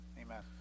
Amen